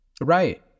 Right